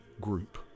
group